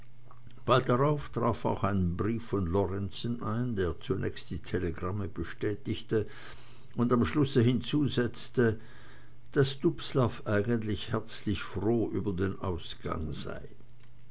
bald darauf traf auch ein brief von lorenzen ein der zunächst die telegramme bestätigte und am schlusse hinzusetzte daß dubslav eigentlich herzlich froh über den ausgang sei